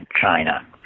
China